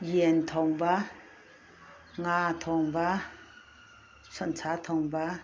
ꯌꯦꯟ ꯊꯣꯡꯕ ꯉꯥ ꯊꯣꯡꯕ ꯁꯟꯁꯥ ꯊꯣꯡꯕ